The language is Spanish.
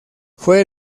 fue